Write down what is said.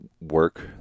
work